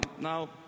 Now